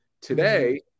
Today